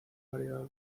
variedad